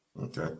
okay